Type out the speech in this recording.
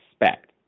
expect